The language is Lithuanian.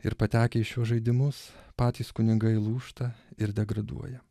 ir patekę į šiuos žaidimus patys kunigai lūžta ir degraduoja